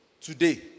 today